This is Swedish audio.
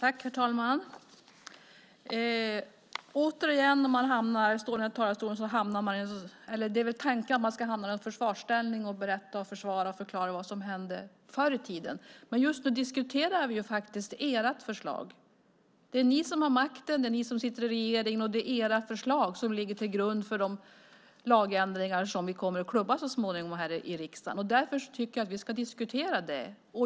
Herr talman! Återigen när man står här i talarstolen hamnar man i försvarsställning - det är väl tanken - och ska berätta, försvara och förklara vad som hände förr i tiden. Men just nu diskuterar vi faktiskt ert förslag. Det är ni som har makten, det är ni som sitter i regeringen, och det är era förslag som ligger till grund för de lagändringar som vi kommer att klubba igenom så småningom här i riksdagen. Därför tycker jag att vi ska diskutera det.